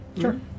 sure